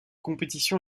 compétition